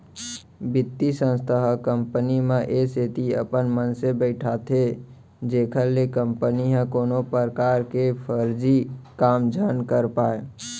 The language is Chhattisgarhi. बित्तीय संस्था ह कंपनी म ए सेती अपन मनसे बइठाथे जेखर ले कंपनी ह कोनो परकार के फरजी काम झन कर पाय